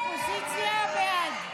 הסתייגות 3